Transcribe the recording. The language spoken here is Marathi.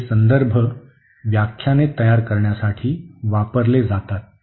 हे संदर्भ व्याख्याने तयार करण्यासाठी वापरले जातात